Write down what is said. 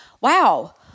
wow